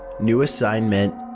new assignment.